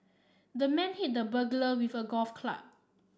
the man hit the burglar with a golf club